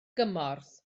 gymorth